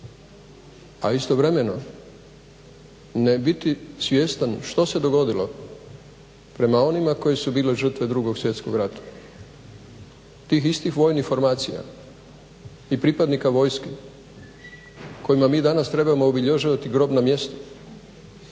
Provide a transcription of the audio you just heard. a istovremeno ne biti svjestan što se dogodilo prema onima koji su bili žrtve Drugog svjetskog rata. Tih istih vojnih formacija i pripadnika vojske kojima mi danas trebamo obilježiti grobna mjesta